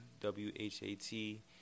W-H-A-T